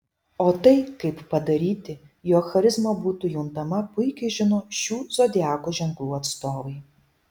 o tai kaip padaryti jog charizma būtų juntama puikiai žino šių zodiako ženklų atstovai